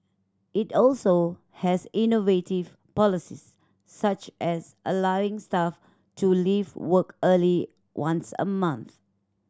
it also has innovative policies such as allowing staff to leave work early once a month